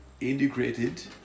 integrated